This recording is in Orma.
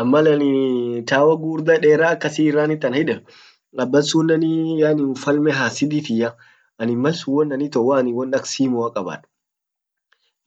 an malan tower gugurda akasi irranit anhiden abbasunen mfalme hasidi tiyya annin mal sun won an ito waan won ak simmua kabad